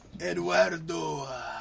Eduardo